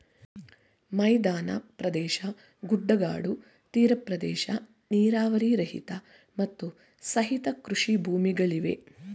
ಮೈದಾನ ಪ್ರದೇಶ, ಗುಡ್ಡಗಾಡು, ತೀರ ಪ್ರದೇಶ, ನೀರಾವರಿ ರಹಿತ, ಮತ್ತು ಸಹಿತ ಕೃಷಿ ಭೂಮಿಗಳಿವೆ